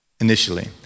initially